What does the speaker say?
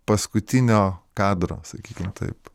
paskutinio kadro sakykim taip